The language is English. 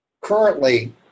currently